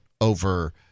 over